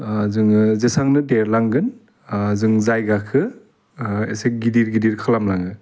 जोङो जेसांनो देरलांगोन जों जायगाखो एसे गिदिर गिदिर खालामलाङो